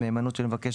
במהימנות של מבקש,